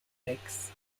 lakes